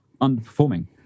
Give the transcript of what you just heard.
underperforming